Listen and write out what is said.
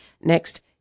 next